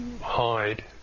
hide